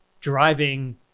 driving